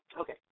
Okay